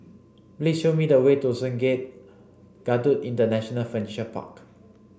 please show me the way to Sungei Kadut International Furniture Park